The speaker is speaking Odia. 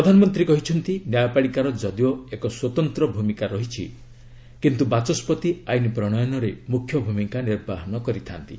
ପ୍ରଧାନମନ୍ତ୍ରୀ କହିଛନ୍ତି ନ୍ୟାୟପାଳିକାର ଯଦିଓ ଏକ ସ୍ୱତନ୍ତ୍ର ଭୂମିକା ରହିଛି କିନ୍ତୁ ବାଚସ୍କତି ଆଇନ ପ୍ରଣୟନରେ ମୁଖ୍ୟ ଭୂମିକା ନିର୍ବାହ କରିଥା'ନ୍ତି